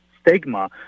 stigma